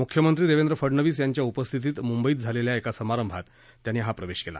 मुख्यमंत्री देवेंद्र फडणवीस यांच्या उपस्थितीत मुंबईत झालेल्या एका समारंभात त्यांनी भाजपामध्ये प्रवेश केला